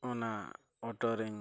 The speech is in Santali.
ᱚᱱᱟ ᱨᱮᱧ